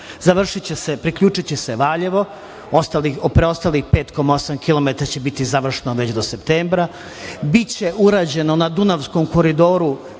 Završiće se, priključiće se Valjevo, preostalih 5,8 kilometara će biti završeno već do septembra, biće urađeno na Dunavskom koridoru